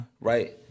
right